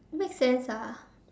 make sense ah